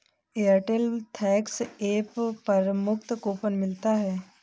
Airtel thanks app पर मुफ्त coupon मिलता है